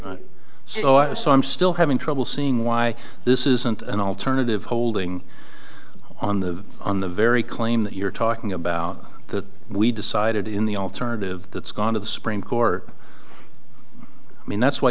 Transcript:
you so i so i'm still having trouble seeing why this isn't an alternative holding on the on the very claim that you're talking about that we decided in the alternative that's gone to the supreme court i mean that's why